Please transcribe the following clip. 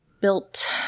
built